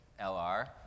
LR